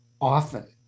often